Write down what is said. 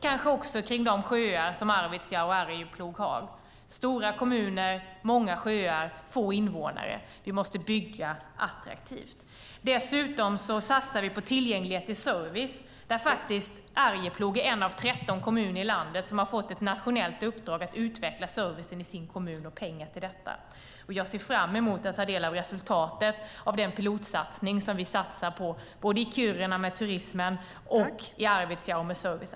Dessutom satsar vi på tillgänglighet och service. Arjeplog är en av 13 kommuner i Sverige som har fått ett nationellt uppdrag att utveckla servicen i sin kommun och fått pengar för detta. Jag ser fram emot att ta del av resultatet av pilotsatsningen i Kiruna på turism och i Arvidsjaur på service.